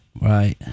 Right